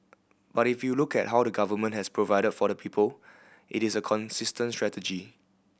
but if you look at how the Government has provided for the people it is a consistent strategy